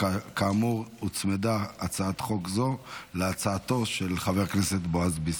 כאמור הוצמדה הצעת חוק זו להצעתו של חבר הכנסת בועז ביסמוט.